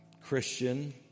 Christian